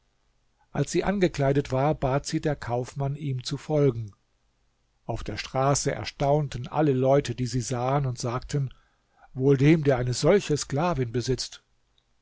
als sie angekleidet war bat sie der kaufmann ihm zu folgen auf der straße erstaunten alle leute die sie sahen und sagten wohl dem der eine solche sklavin besitzt